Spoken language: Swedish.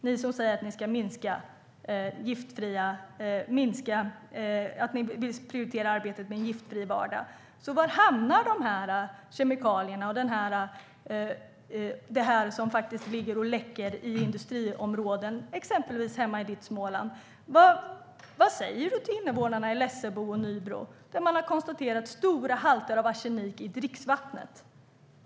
Ni säger att ni vill prioritera arbetet med en giftfri vardag. Var hamnar dessa kemikalier som ligger och läcker i industriområden, exempelvis hemma i ditt Småland? Vad säger du till invånarna i Lessebo och Nybro, där man har konstaterat höga halter av arsenik i dricksvattnet?